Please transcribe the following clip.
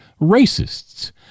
racists